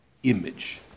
image